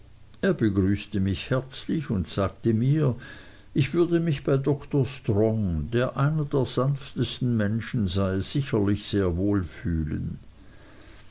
er begrüßte mich herzlich und sagte mir ich würde mich bei dr strong der einer der sanftesten menschen sei sicherlich sehr wohlfühlen